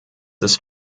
des